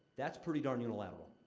that's pretty darn unilateral.